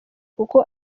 kuko